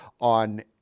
on